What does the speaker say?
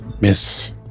Miss